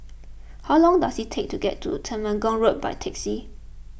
how long does it take to get to Temenggong Road by taxi